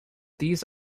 these